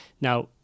Now